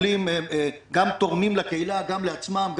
גם תורמים לקהילה וגם לעצמם.